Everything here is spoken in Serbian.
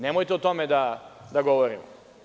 Nemojte o tome da govorimo.